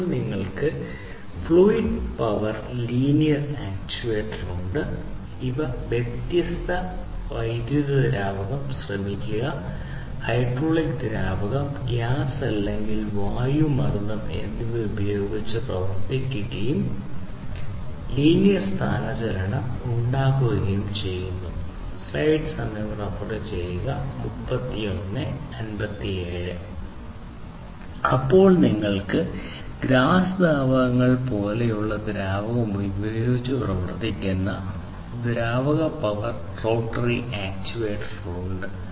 അപ്പോൾ നിങ്ങൾക്ക് fluid power linear actuator അപ്പോൾ നിങ്ങൾക്ക് ഗ്യാസ് ദ്രാവകങ്ങൾ പോലുള്ള ദ്രാവകം ഉപയോഗിച്ച് പ്രവർത്തിപ്പിക്കുന്ന ദ്രാവക പവർ റോട്ടറി ആക്യുവേറ്റർ ഉണ്ട്